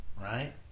right